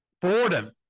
Boredom